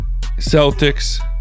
Celtics